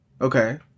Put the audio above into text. Okay